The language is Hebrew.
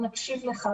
בוא נקשיב לך,